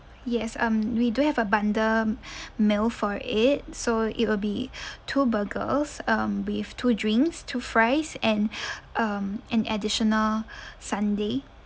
yes um we do have a bundle meal for eight so it will be two burgers um with two drinks two fries and um an additional sundae